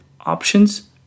options